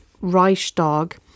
Reichstag